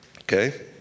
Okay